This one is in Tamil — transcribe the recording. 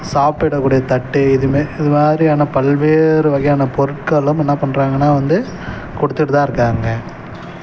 சாப்பிடக்கூடிய தட்டு எதுவுமே இது மாதிரியான பல்வேறு வகையான பொருட்களும் என்ன பண்ணுறாங்கன்னா வந்து கொடுத்துட்டு தான் இருக்காங்க